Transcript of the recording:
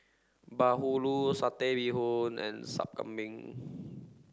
Bahulu Satay Bee Hoon and Sup Kambing